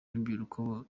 rubyiruko